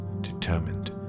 determined